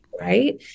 right